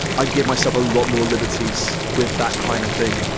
i give myself a lot more liberties with that kind of thing.